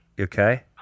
Okay